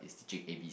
is to drink A B